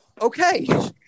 Okay